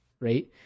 Right